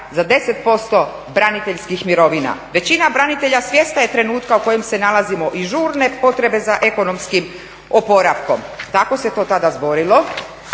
za 10% braniteljskih mirovina "Većina branitelja svjesna je trenutka u kojem se nalazimo i žurne potrebe za ekonomskim oporavkom." Tako se to tada zborilo.